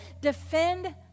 defend